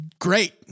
Great